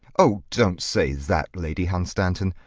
oh, don't say that, lady hunstanton.